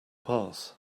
path